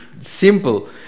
simple